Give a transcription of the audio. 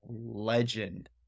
legend